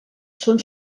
són